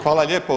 Hvala lijepo.